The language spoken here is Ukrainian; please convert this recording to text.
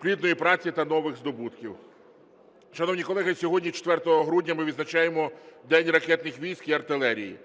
плідної праці та нових здобутків. (Оплески) Шановні колеги, сьогодні 4 грудня ми відзначаємо День ракетних військ і артилерії.